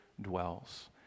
dwells